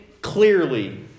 clearly